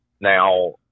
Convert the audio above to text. Now